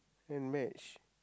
and match